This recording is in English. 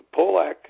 Polak